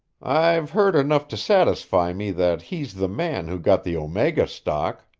i've heard enough to satisfy me that he's the man who got the omega stock.